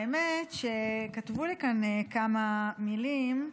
האמת, כתבו לי כאן כמה מילים,